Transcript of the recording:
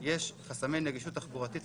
יש חסמי נגישות תחבורתית,